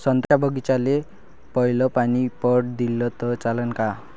संत्र्याच्या बागीचाले पयलं पानी पट दिलं त चालन का?